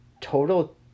total